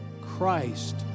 Christ